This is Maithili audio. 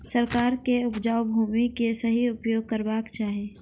सरकार के उपजाऊ भूमि के सही उपयोग करवाक चाही